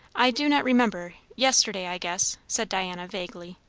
i do not remember yesterday, i guess, said diana vaguely.